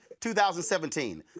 2017